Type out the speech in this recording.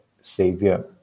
savior